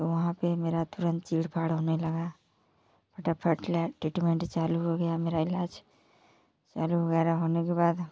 तो वहाँ पे मेरा तुरंत चीड़ फाड़ होने लगा फटाफट ट्रेटमेंट चालू हो गया मेरा इलाज चालू वगैरह होने के बाद